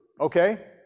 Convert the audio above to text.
Okay